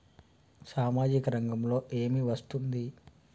సామాజిక రంగంలో ఏమి వస్తుంది?